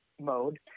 mode